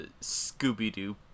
Scooby-Doo